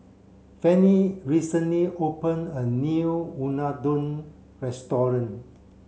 Fanny recently open a new Unadon restaurant